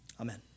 amen